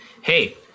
Hey